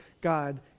God